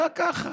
רק ככה.